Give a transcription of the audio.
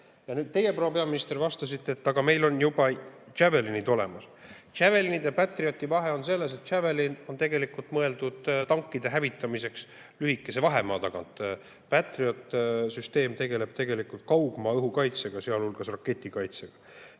Ja nüüd teie, proua peaminister, vastasite, et aga meil on juba Javelinid olemas. Javelini ja Patrioti vahe on selles, et Javelin on tegelikult mõeldud tankide hävitamiseks lühikese vahemaa tagant. Patriot tegeleb tegelikult kaugmaa-õhukaitsega, sealhulgas raketikaitsega.